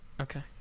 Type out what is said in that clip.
Okay